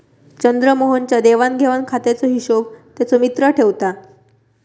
चंद्रमोहन च्या देवाण घेवाण खात्याचो हिशोब त्याचो मित्र ठेवता